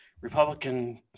Republican